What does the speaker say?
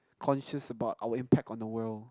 conscious about our impact on the world